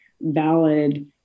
valid